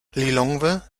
lilongwe